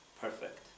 perfect